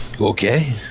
okay